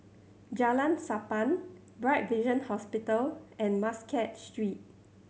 Jalan Sappan Bright Vision Hospital and Muscat Street